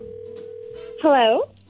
Hello